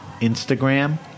Instagram